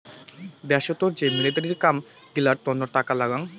দ্যাশোতের যে মিলিটারির কাম গিলার তন্ন টাকা লাগাং